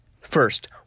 First